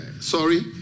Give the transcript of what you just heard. sorry